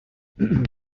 meanwhile